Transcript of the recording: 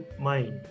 mind